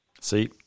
see